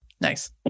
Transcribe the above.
Nice